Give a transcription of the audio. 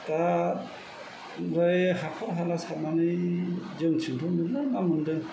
दा आमफ्राय हाखर हाला सारनानै जोंनिथिंथ' मेरला ना मोनदों